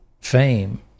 fame